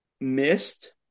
missed